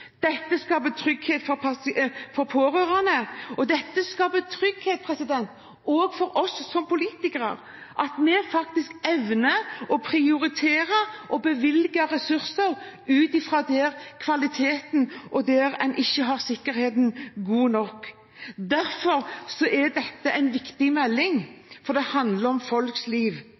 Dette skaper trygghet for pårørende. Og dette skaper også trygghet for oss som politikere, slik at vi faktisk evner å prioritere å bevilge ressurser til kvalitet der en ikke har god nok sikkerhet. Derfor er dette en viktig melding, for det handler om folks liv.